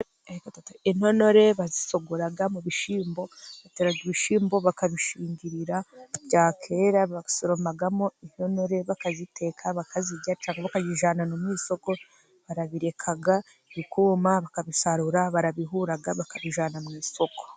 Intonore bazishogora mu bishyimbo, batera ibishyimbo bakabishingirira, bya kwera basoromamo intonore bakaziteka, bakazirya cyangwa bakazijyana no mu isoko, barabireka bikuma, bakabisarura, barabihura bakabijyana mu isoko.